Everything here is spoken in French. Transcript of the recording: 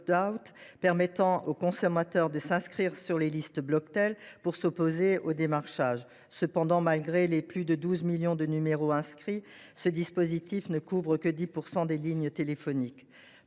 permettant aux consommateurs de s’inscrire sur la liste Bloctel pour s’opposer au démarchage. Cependant, malgré plus de 12 millions de numéros recueillis, ce dispositif ne couvre que 10 % des lignes téléphoniques.